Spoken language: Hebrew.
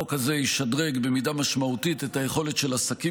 החוק הזה ישדרג במידה רבה את היכולת של עסקים